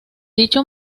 dicho